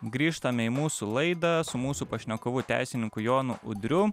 grįžtame į mūsų laidą su mūsų pašnekovu teisininku jonu udriu